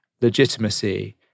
legitimacy